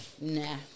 Nah